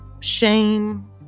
shame